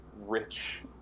rich